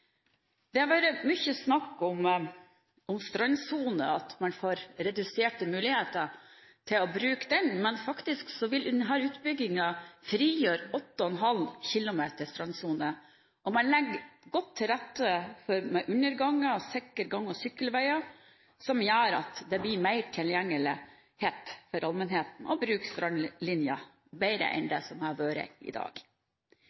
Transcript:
Det har vært mye snakk om strandsonen, at man får reduserte muligheter til å bruke den. Men faktisk vil denne utbyggingen frigjøre 8,5 km strandsone, og man legger godt til rette med underganger og sikrer gang- og sykkelveger. Det gjør at den blir mer tilgjengelig for allmennheten, og man kan bruke strandlinjen bedre enn